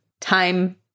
time